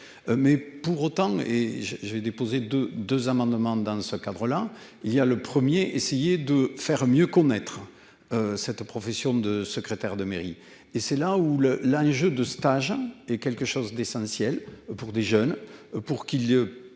Mais pour autant et je, j'vais déposé de deux amendements dans ce cadre-là il y a le 1er, essayer de faire mieux connaître. Cette profession de secrétaire de mairie et c'est là où le linge de stage et quelque chose d'essentiel pour des jeunes, pour qu'il. Il